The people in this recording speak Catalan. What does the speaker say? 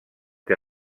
que